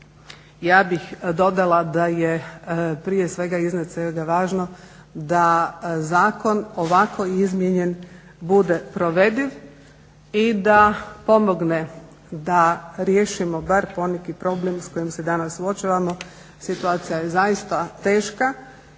ja bih dodala da je prije svega i iznad svega važno da zakon ovako izmijenjen bude provediv i da pomogne da riješimo bar poneki problem s kojim se danas suočavamo. Situacija je zaista teška,